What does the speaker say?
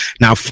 Now